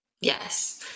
Yes